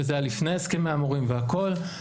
וזה היה לפני הסכם המורים והכל,